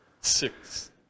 six